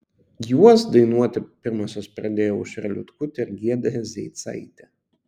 juos dainuoti pirmosios pradėjo aušra liutkutė ir giedrė zeicaitė